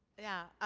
yeah.